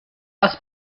aus